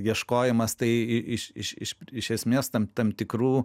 ieškojimas tai iš iš esmės tam tam tikrų